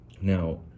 Now